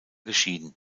geschieden